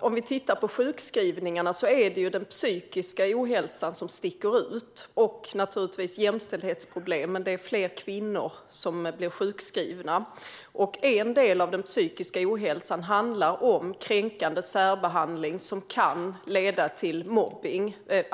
Om vi tittar på sjukskrivningarna ser vi att det är den psykiska ohälsan som sticker ut, och naturligtvis jämställdhetsproblemen - det är fler kvinnor som blir sjukskrivna. En del av den psykiska ohälsan handlar om kränkande särbehandling som kan leda till mobbning.